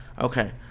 Okay